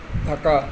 Dhaka